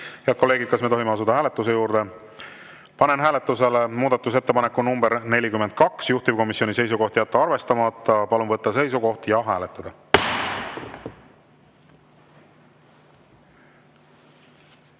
kolleegid, kas me tohime asuda hääletuse juurde? Panen hääletusele muudatusettepaneku nr 71, juhtivkomisjoni seisukoht on jätta arvestamata. Palun võtta seisukoht ja hääletada!